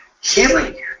healing